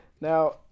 now